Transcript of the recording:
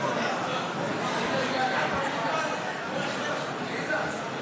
ההצעה לבחור את חבר הכנסת יולי יואל אדלשטיין ליושב-ראש הכנסת נתקבלה.